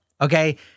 okay